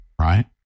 right